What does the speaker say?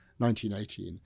1918